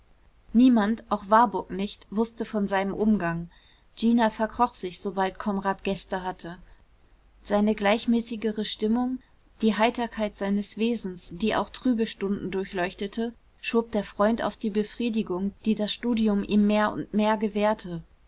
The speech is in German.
niemand auch warburg nicht wußte von seinem umgang gina verkroch sich sobald konrad gäste hatte seine gleichmäßigere stimmung die heiterkeit seines wesens die auch trübe stunden durchleuchtete schob der freund auf die befriedigung die das studium ihm mehr und mehr gewährte